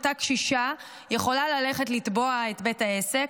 אותה קשישה יכולה ללכת לתבוע את בית העסק.